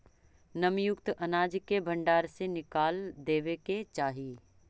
नमीयुक्त अनाज के भण्डार से निकाल देवे के चाहि